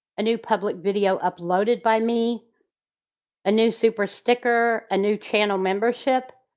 a new public video uploaded by me a new superstar sticker a new channel membership,